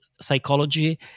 psychology